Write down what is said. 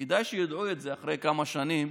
כדאי שידעו את זה אחרי כמה שנים.